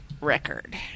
record